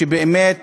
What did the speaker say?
שבאמת